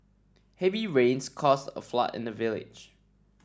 heavy rains caused a flood in the village